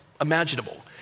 imaginable